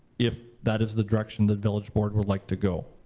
if that is the direction that village board would like to go.